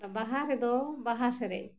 ᱵᱟᱦᱟ ᱨᱮᱫᱚ ᱵᱟᱦᱟ ᱥᱮᱨᱮᱧ